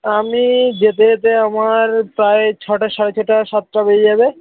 আমি যেতে যেতে আমার প্রায় ছটা সাড়ে ছটা সাতটা বেজে যাবে